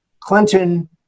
Clinton